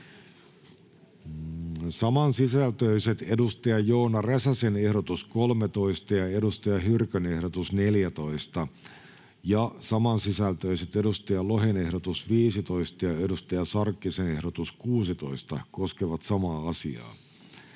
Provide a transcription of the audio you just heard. Samansisältöiset Joona Räsäsen ehdotus 13 ja Saara Hyrkön ehdotus 14 ja samansisältöiset Markus Lohen ehdotus 15 ja Hanna Sarkkisen ehdotus 16 koskevat samaa asiaa,